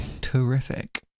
Terrific